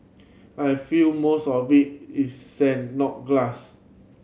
I feel most of it is sand not glass